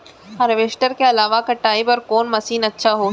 Harvester के अलावा कटाई बर कोन मशीन अच्छा होही?